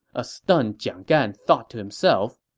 a stunned jiang gan thought to himself.